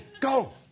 go